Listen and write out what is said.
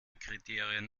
kriterien